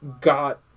got